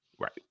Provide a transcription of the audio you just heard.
Right